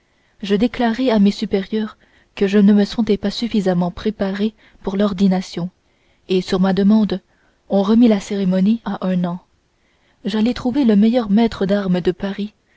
je déclarai à mes supérieurs que je ne me sentais pas suffisamment préparé pour l'ordination et sur ma demande on remit la cérémonie à un an j'allai trouver le meilleur maître d'armes de paris